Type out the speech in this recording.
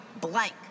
blank